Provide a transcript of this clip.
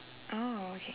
oh okay